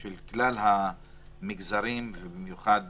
של כלל המגזרים ובמיוחד